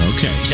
Okay